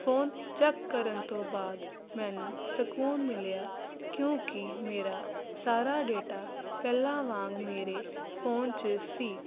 phone check ਕਰਨ ਤੋਂ ਬਾਅਦ ਮੈਨੂੰ ਸਕੂਨ ਮਿਲਿਆ ਕਿਉਂਕਿ ਮੇਰਾ ਸਾਰਾ ਡੇਟਾ ਪਹਿਲਾਂ ਵਾਂਗ ਮੇਰੇ ਫੋਨ 'ਚ ਸੀ